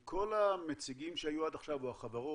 מכל המציגים שהיו עד עכשיו או החברות,